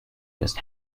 just